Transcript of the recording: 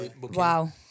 Wow